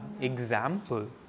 example